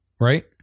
right